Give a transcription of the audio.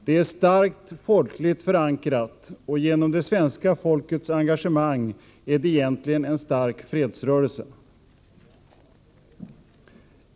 Det är starkt folkligt förankrat, och genom det svenska folkets engagemang är det egentligen en stark fredsrörelse.